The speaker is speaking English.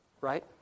Right